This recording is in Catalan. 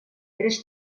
tres